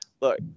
look